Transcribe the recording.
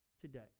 Today